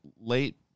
late